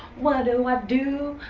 what do i do?